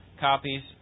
copies